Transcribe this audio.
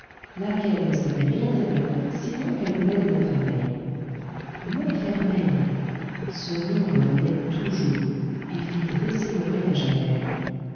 laquelle ne savait rien elle-même sinon qu'elle venait de montfermeil montfermeil ce nom revenait toujours et fit dresser l'oreille à javert